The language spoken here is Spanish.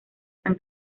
san